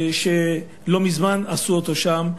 שלא מזמן עשו אותו שם,